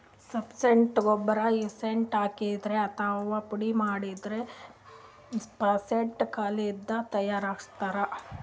phosphate ಗೊಬ್ಬರ್ acid ಹಾಕಿದ್ರಿಂದ್ ಅಥವಾ ಪುಡಿಮಾಡಿದ್ದ್ ಫಾಸ್ಫೇಟ್ ಕಲ್ಲಿಂದ್ ತಯಾರಿಸ್ತಾರ್